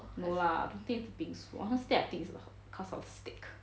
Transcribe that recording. no lah I don't think is the bingsu lah honestly I think is cause of the steak